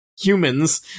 humans